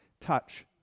touch